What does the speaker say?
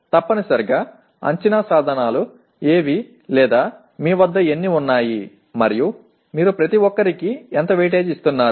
తప్పనిసరిగా అంచనా సాధనాలు ఏవి లేదా మీ వద్ద ఎన్ని ఉన్నాయి మరియు మీరు ప్రతి ఒక్కరికి ఎంత వెయిటేజీ ఇస్తున్నారు